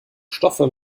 stoffe